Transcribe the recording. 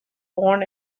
born